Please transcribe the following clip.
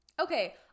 Okay